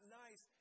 nice